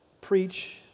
preach